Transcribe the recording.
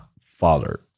father